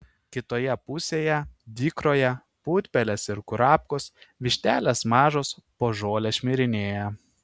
kitoje pusėje dykroje putpelės ir kurapkos vištelės mažos po žolę šmirinėja